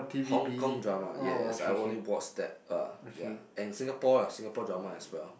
Hong Kong drama yes I only watch that uh and Singapore ah Singapore drama as well